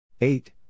Eight